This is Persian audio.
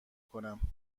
کنم